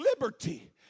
liberty